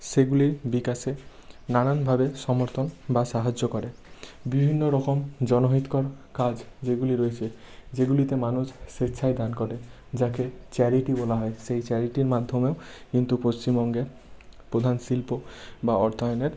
সেগুলি বিকাশে নানানভাবে সমর্থন বা সাহায্য করে বিভিন্ন রকম জনহিতকর কাজ যেগুলি রয়েছে যেগুলিতে মানুষ স্বেচ্ছায় দান করে যাকে চ্যারিটি বলা হয় সেই চ্যারিটির মাধ্যমেও কিন্তু পশ্চিমবঙ্গের প্রধান শিল্প বা অর্থায়নের